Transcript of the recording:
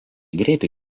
greitai